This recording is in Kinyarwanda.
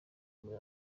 muri